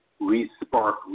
re-spark